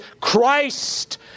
Christ